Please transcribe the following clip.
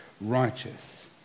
righteous